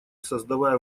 создавая